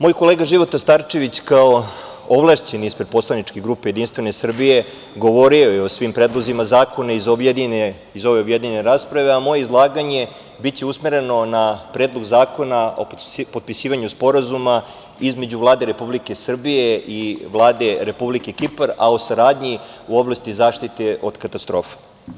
Moj kolega Života Starčević kao ovlašćeni ispred poslaničke grupe JS, govorio je o svim predlozima zakona iz ove objedinjene rasprave, a moje izlaganje biće usmereno na Predlog zakona o potpisivanju Sporazuma između Vlada Republike Srbije i Vlade Republike Kipar, a o saradnji u oblasti zaštite od katastrofa.